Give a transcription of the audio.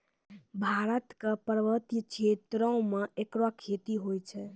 भारत क पर्वतीय क्षेत्रो म एकरो खेती होय छै